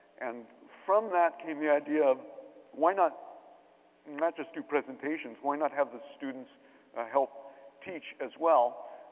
and from that came the idea of why not not just do presentations, why not have the students ah help teach as well.